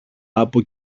από